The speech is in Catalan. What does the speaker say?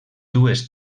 dues